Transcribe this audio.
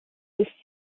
with